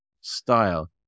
style